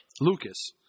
Lucas